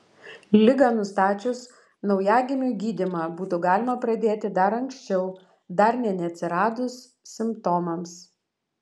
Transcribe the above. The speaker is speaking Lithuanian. ligą nustačius naujagimiui gydymą būtų galima pradėti dar anksčiau dar nė neatsiradus simptomams